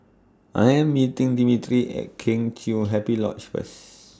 I Am meeting Dimitri At Kheng Chiu Happy Lodge First